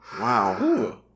Wow